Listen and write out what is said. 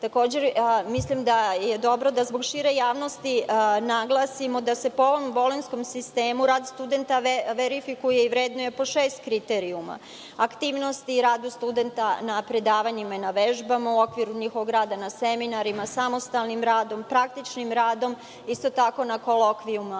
Takođe mislim da je dobro da zbog šire javnosti naglasimo da se po ovom Bolonjskom sistemu rad studenta verifikuje i vrednuje po šest kriterijuma, aktivnosti i radu studenta na vežbama i predavanjima, u okviru rada na seminarima, samostalnim radom, praktičnim radom, kolokvijumima